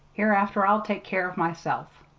hereafter i'll take care of myself.